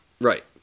Right